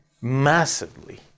massively